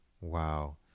wow